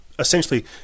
essentially